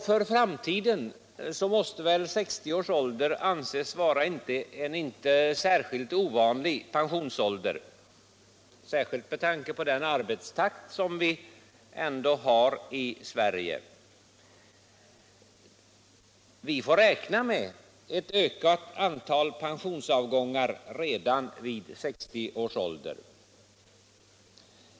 För framtiden måste väl 60 års ålder anses vara en inte speciellt ovanlig pensionsålder med tanke på den arbetstakt som vi har i Sverige. Vi får räkna med ett ökat antal pensionsavgångar redan vid 60 års ålder.